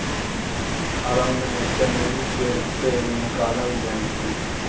अरब मे चमेली केर तेल निकालल जाइ छै